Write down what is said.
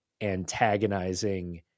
antagonizing